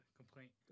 complaint